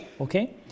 Okay